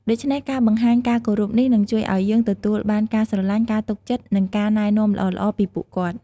ដូច្នេះ ការបង្ហាញការគោរពនេះ នឹងជួយឱ្យយើងទទួលបាន ការស្រឡាញ់ ការទុកចិត្ត និងការណែនាំល្អៗពីពួកគាត់។